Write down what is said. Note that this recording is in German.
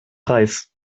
preis